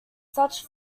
such